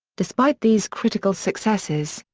despite these critical successes,